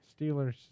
Steelers